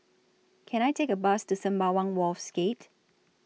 Can I Take A Bus to Sembawang Wharves Gate